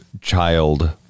child